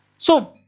so,